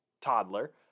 toddler